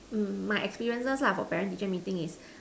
mm my experiences lah for parent teacher meeting is